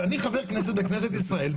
אבל אני חבר כנסת בכנסת ישראל,